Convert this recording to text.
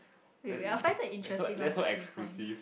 wait wait I find that interesting one okay fine